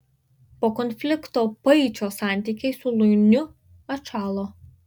po konflikto paičio santykiai su luiniu atšalo